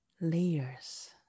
layers